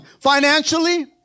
Financially